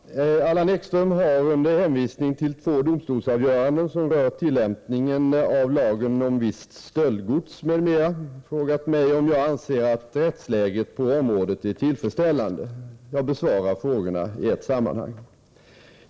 Herr talman! Allan Ekström har under hänvisning till två domstolsavgöranden som rör tillämpningen av lagen om visst stöldgods m.m. frågat mig om jag anser att rättsläget på området är tillfredsställande. Jag besvarar frågorna i ett sammanhang.